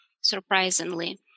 surprisingly